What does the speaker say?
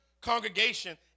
congregation